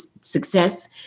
success